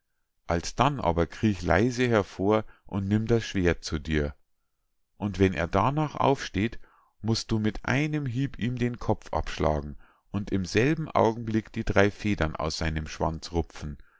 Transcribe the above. alsdann aber kriech leise hervor und nimm das schwert zu dir und wenn er darnach aufsteht musst du mit einem hieb ihm den kopf abschlagen und im selben augenblick die drei federn aus seinem schwanz rupfen